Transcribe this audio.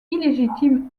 illégitime